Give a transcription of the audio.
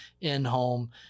in-home